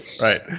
right